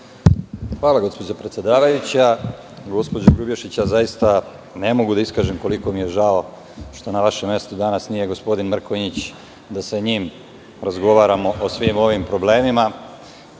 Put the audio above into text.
Hvala, gospođo predsedavajuća. Gospođo Grubješić, zaista ne mogu da iskažem koliko mi je žao što na vašem mestu danas nije gospodin Mrkonjić da sa njim razgovaramo o svim ovim problemima.(Dejan